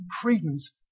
credence